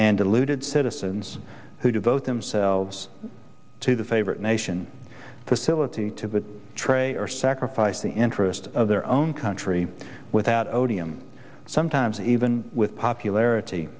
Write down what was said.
and deluded citizens who devote themselves to the favored nation facility to train or sacrifice the interest of their own country without odium sometimes even with popularity